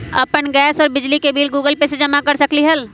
अपन गैस और बिजली के बिल गूगल पे से जमा कर सकलीहल?